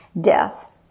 death